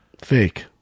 Fake